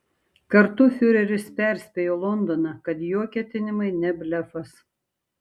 kartu fiureris perspėjo londoną kad jo ketinimai ne blefas